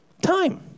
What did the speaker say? Time